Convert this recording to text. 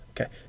okay